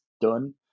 done